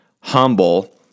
humble